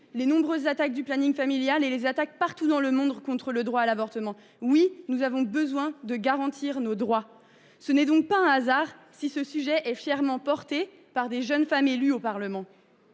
les nombreuses attaques dont fait l’objet le planning familial, ainsi que celles qui ont lieu partout dans le monde contre le droit à l’avortement. Oui, nous avons besoin de garantir nos droits ! Ce n’est donc pas un hasard si ce sujet est fièrement porté par de jeunes femmes élues au Parlement,